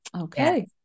Okay